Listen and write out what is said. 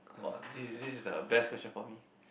!wah! this this is the best question for me